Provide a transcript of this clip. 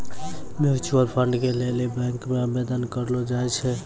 mutual fund के लेली bank मे आवेदन करलो जाय छै